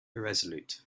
irresolute